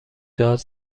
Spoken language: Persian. داد